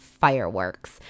fireworks